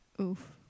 oof